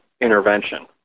intervention